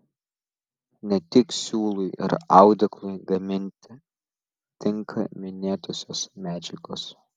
ne tik siūlui ir audeklui gaminti tinka minėtosios medžiagos